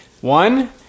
one